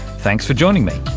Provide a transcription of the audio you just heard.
thanks for joining me.